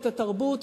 את התרבות,